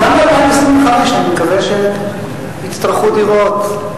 2025. בסדר, גם ב-2025 אני מקווה שיצטרכו דירות.